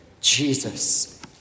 Jesus